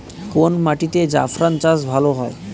কোন মাটিতে জাফরান চাষ ভালো হয়?